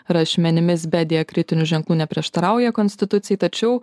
rašmenimis be diakritinių ženklų neprieštarauja konstitucijai tačiau